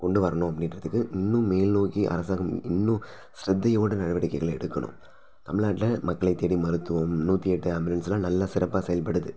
கொண்டு வரணும் அப்படின்றதுக்கு இன்னும் மேல்நோக்கிய அரசாங்கம் இ இன்னும் ஸ்ரத்தையோட நடவடிக்கைகள் எடுக்கணும் தமிழ்நாட்டில மக்களைத் தேடி மருத்துவம் நூற்றி எட்டு ஆம்புலன்ஸ்லாம் நல்லா சிறப்பாக செயல்படுது